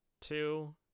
two